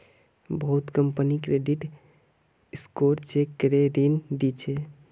बहुत company credit score check करे ऋण दी छेक